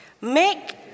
make